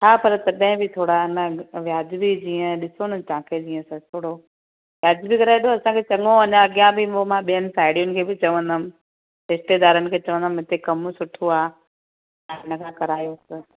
हा पर तॾहिं बि थोरा न वियाजबी जीअं ॾिसो न तव्हांखे जीअं त थोरा वाजबी कराइजो असांखे चङो अञा अॻियां बि पोइ मां ॿियनि साहेड़ियुनि खे बि चवंदमि रिश्तेदारनि खे चवंदमि हिते कम सुठो आहे हिन खां करायोस